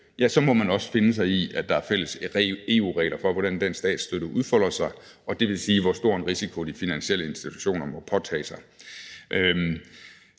hjem, så må man også finde sig i, at der er fælles EU-regler for, hvordan den statsstøtte skal udfolde sig, og det vil sige for, hvor stor en risiko de finansielle institutioner må påtage sig.